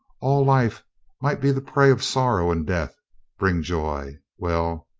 all life might be the prey of sorrow and death bring joy. well,